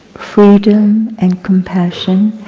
freedom and compassion,